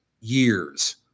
years